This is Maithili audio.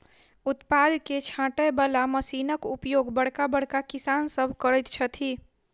उत्पाद के छाँटय बला मशीनक उपयोग बड़का बड़का किसान सभ करैत छथि